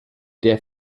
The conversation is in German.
der